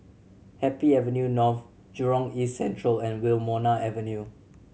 Happy Avenue North Jurong East Central and Wilmonar Avenue